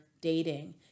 dating